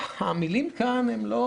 המילים כאן הן לא